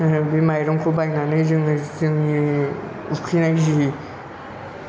बे माइरंखौ बायनानै जोङो जोंनि उखैनाय जि